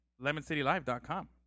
lemoncitylive.com